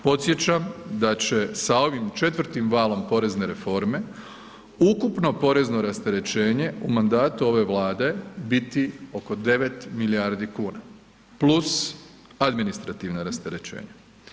Podsjećam da će sa ovim četvrtim valom porezne reforme ukupno porezno rasterećenje u mandatu ove Vlade biti oko 9 milijardi kuna plus administrativna rasterećenja.